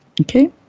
Okay